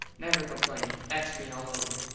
never complain. thats me all over.